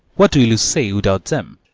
what will you say without em?